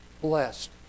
Blessed